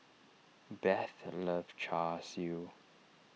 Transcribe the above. Beth loves Char Siu